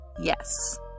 yes